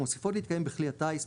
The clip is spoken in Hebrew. מוסיפות להתקיים בכלי הטיס,